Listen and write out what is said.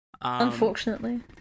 Unfortunately